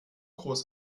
groß